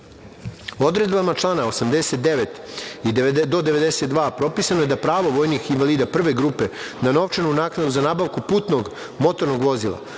grupe. Odredbama člana od 89. do 92. propisano je da pravo vojnih invalida prve grupe na novčanu naknadu za nabavku putnog motornog vozila